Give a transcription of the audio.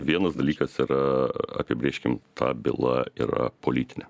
vienas dalykas yra apibrėžkim ta byla yra politinė